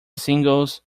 singles